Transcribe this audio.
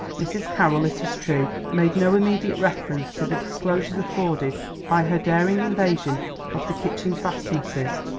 mrs. carroll, it is true, made no immediate reference to the disclosures afforded by her daring invasion of the kitchen fastnesses,